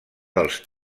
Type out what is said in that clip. dels